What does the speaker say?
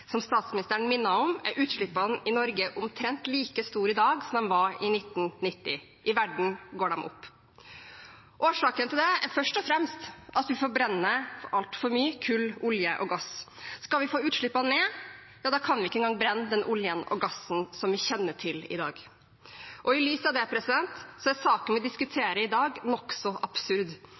Som statsministeren minnet om, er utslippene i Norge omtrent like store i dag som de var i 1990. I verden går de opp. Årsaken til det er først og fremst at vi forbrenner altfor mye kull, olje og gass. Skal vi få utslippene ned, kan vi ikke engang brenne den oljen og gassen vi kjenner til i dag. I lys av det er saken vi diskuterer i dag, nokså absurd.